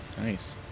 Nice